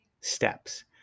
steps